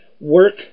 Work